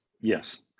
Yes